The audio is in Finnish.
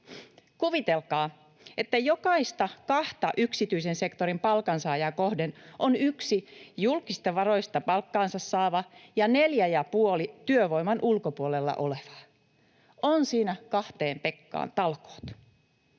Kuvitelkaa, että jokaista kahta yksityisen sektorin palkansaajaa kohden on yksi julkisista varoista palkkansa saava ja neljä ja puoli työvoiman ulkopuolella olevaa — on siinä kahteen pekkaan talkoot.